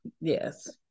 Yes